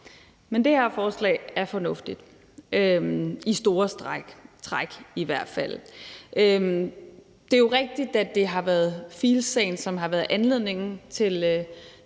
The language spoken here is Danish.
men det her forslag er fornuftigt – i store træk i hvert fald. Det er jo rigtigt, at det har været Field's-sagen, der har været anledningen til